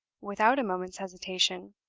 without a moment's hesitation,